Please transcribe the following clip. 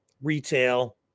retail